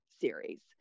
series